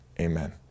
amen